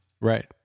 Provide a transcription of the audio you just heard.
Right